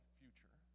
future